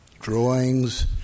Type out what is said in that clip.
drawings